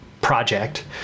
project